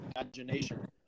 imagination